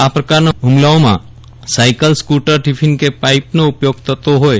આ પ્રકારના હુમલાઓમાં સાયકલ સ્ફ્રટર ટાફાન ક પાઇપનો ઉપયોગ થતો હોય છે